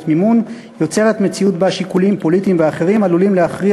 מימון יוצר מציאות שבה שיקולים פוליטיים עלולים להכריע